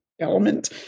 element